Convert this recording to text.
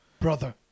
Brother